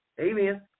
Amen